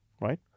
right